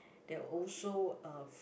they're also uh